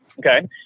okay